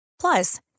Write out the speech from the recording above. Plus